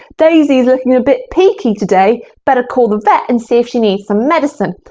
daisy's looking a bit peaky today. better call the vet and see if she needs some medicine.